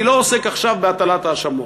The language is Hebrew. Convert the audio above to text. אני לא עוסק עכשיו בהטלת האשמות,